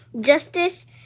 justice